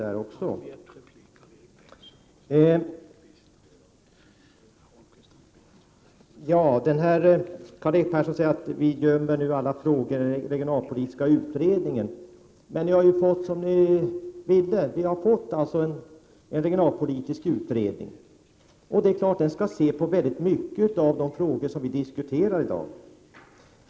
Karl-Erik Persson säger att vi gömmer alla frågor i den regionalpolitiska utredningen. Men ni har ju fått som ni ville. Det har blivit en regionalpolitisk utredning. Den skall studera många av de frågor vi i dag diskuterar.